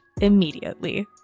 immediately